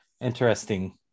interesting